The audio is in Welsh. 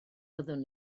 fyddwn